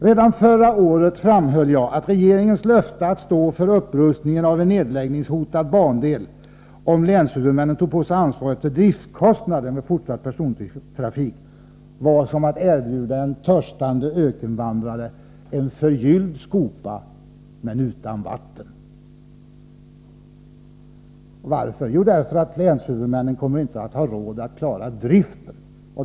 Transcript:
Redan förra året framhöll jag att regeringens löfte att stå för upprustningen av en nedläggningshotad bandel, om länshuvudmännen tog på sig ansvaret för driftskostnaden vid fortsatt persontrafik, var som att erbjuda en törstande ökenvandrare en förgylld skopa utan vatten. Varför? Jo, därför att länshuvudmännen inte kommer att ha råd att klara driften.